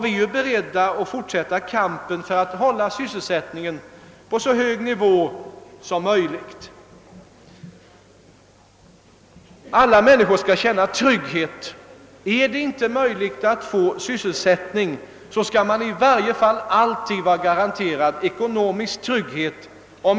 Vi är beredda att fortsätta kampen för att hålla sysselsättningen på så hög nivå som möjligt. Alla människor skall känna trygghet. Även om det inte är möjligt att få sysselsättning omedelbart, så skall man i varje fall alltid vara garanterad ekonomisk trygghet.